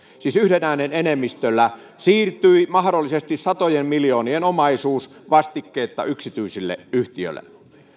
siis yhden äänen enemmistöllä siirtyi mahdollisesti satojen miljoonien omaisuus vastikkeetta yksityiselle yhtiölle